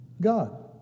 God